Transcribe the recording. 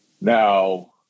Now